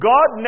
God